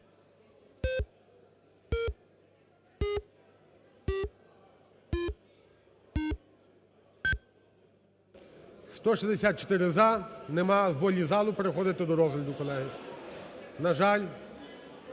За-164 Немає волі залу переходити до розгляду, колеги. На жаль,